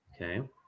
okay